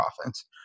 offense